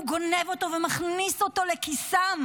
הוא גונב אותו ומכניס אותו לכיסו.